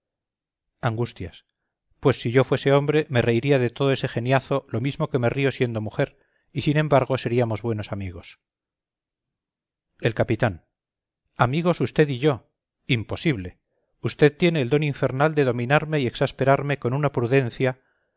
angustias pues si yo fuese hombre me reiría de todo ese geniazo lo mismo que me río siendo mujer y sin embargo seríamos buenos amigos el capitán amigos usted y yo imposible usted tiene el don infernal de dominarme y exasperarme con su prudencia